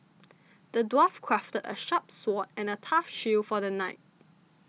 the dwarf crafted a sharp sword and a tough shield for the knight